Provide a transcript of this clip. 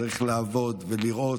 צריך לעבוד ולראות,